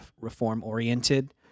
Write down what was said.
reform-oriented